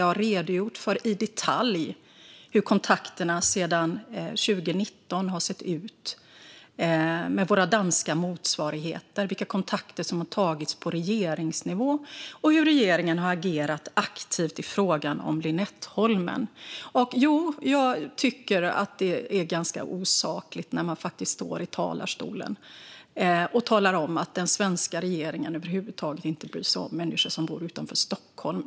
Jag har i detalj redogjort för hur kontakterna med våra danska motsvarigheter har sett ut sedan 2019, vilka kontakter som har tagits på regeringsnivå och hur regeringen har agerat aktivt i frågan om Lynetteholmen. Jag tycker att det är osakligt när man från talarstolen säger att den svenska regeringen över huvud taget inte bryr sig om människor som bor utanför Stockholm.